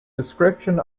description